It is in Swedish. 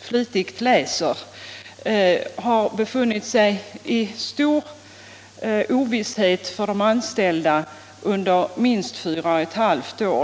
flitigt läser, har det rått stor ovisshet bland de anställda under minst fyra och ett halvt år.